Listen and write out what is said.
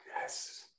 Yes